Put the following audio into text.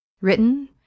Written